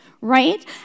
right